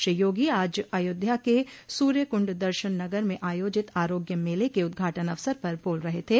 श्रो योगी आज अयोध्या के सूर्य कुण्ड दर्शन नगर में आयोजित आरोग्य मेले के उद्घाटन अवसर पर बोल रहे थे